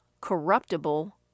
corruptible